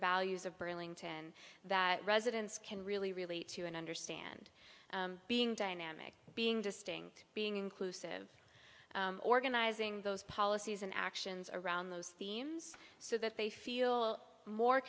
values of burlington that residents can really relate to and understand being dynamic being distinct being inclusive organizing those policies and actions around those themes so that they feel more